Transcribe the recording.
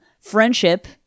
friendship